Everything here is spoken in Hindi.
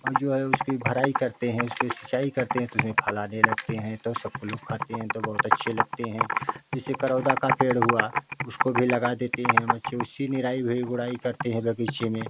और जो है उसकी भराई करते हैं उसकी सिंचाई करते हैं तो उसमें फल आने लगते हैं तो सब लोग खाते हैं तो बहुत अच्छे लगते हैं जैसे करौंदा का पेड़ हुआ उसको भी लगा देते हैं बच्चे उसी निराई भी गुड़ाई करते हैं बगीचे में